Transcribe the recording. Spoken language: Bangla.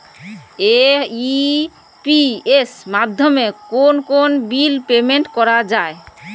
এ.ই.পি.এস মাধ্যমে কোন কোন বিল পেমেন্ট করা যায়?